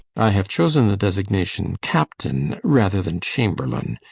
i have chosen the designation captain rather than chamberlain.